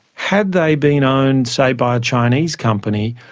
had they been owned, say, by a chinese company,